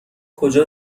کجا